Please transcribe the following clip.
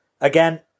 again